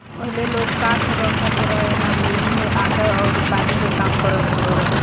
पहिले लोग काठ रखत रहे आ ओही में आटा अउर पानी के काम करत रहे